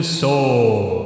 Sword